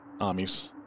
armies